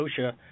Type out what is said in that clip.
OSHA